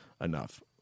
enough